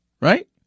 Right